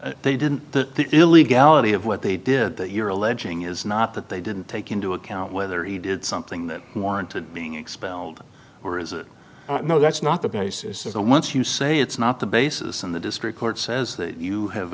of they didn't the illegality of what they did that you're alleging is not that they didn't take into account whether he did something that warranted being expelled or is it no that's not the basis is and once you say it's not the basis and the district court says that you have